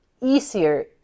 easier